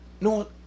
no